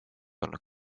olnud